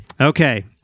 Okay